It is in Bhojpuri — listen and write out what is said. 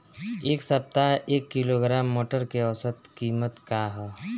एक सप्ताह एक किलोग्राम मटर के औसत कीमत का ह?